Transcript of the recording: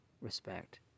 respect